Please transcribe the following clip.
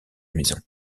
maison